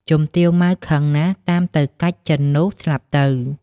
ជំទាវ ម៉ៅ ខឹងណាស់តាមទៅកាច់ចិននោះ ស្លាប់ទៅ ។